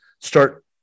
start